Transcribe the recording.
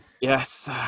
Yes